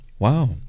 Wow